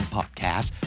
Podcast